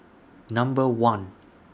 Number one